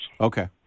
Okay